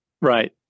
Right